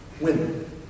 women